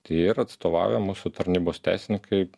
tai yra atstovavę mūsų tarnybos teisininkai